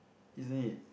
is it